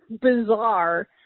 bizarre